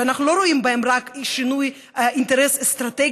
שאנחנו לא רואים בהן רק אינטרס אסטרטגי